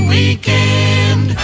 Weekend